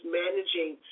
managing